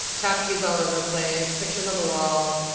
tchotchkes all over the place. pictures on the wall.